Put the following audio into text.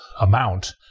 amount